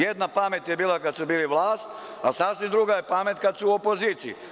Jedna pamet je bila kad su bili vlast, a sasvim druga je pamet otkad su u opoziciji.